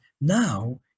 Now